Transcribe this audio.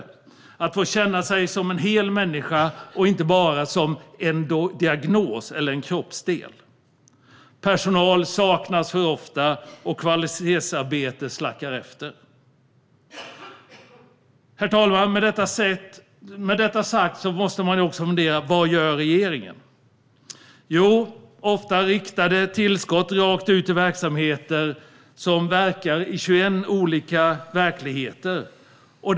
Det handlar om att få känna sig som en hel människa och inte bara som en diagnos eller en kroppsdel. Personal saknas för ofta, och kvalitetsarbetet slackar efter. Herr talman! Med detta sagt måste man också fundera på vad regeringen gör. Jo, det blir ofta riktade tillskott rakt ut i verksamheter i 21 olika verkligheter.